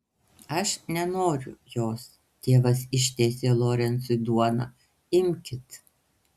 aš nenoriu jos tėvas ištiesė lorencui duoną imkit